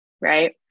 right